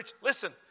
Listen